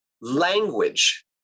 language